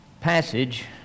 passage